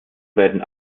werden